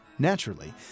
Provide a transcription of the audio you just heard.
Naturally